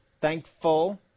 thankful